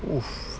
wolf